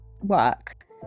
work